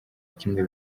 kimwe